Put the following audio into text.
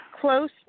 close